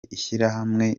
ishyirahamwe